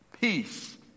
Peace